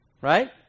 right